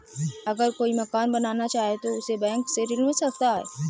अगर कोई मकान बनाना चाहे तो उसे बैंक से ऋण मिल सकता है?